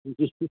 जी